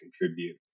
contribute